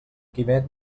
quimet